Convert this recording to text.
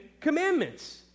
Commandments